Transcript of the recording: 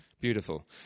Beautiful